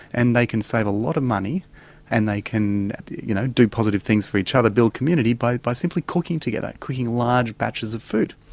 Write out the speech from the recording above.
and they can save a lot of money and they can you know do positive things for each other, build community, by by simply cooking together, cooking large batches of food.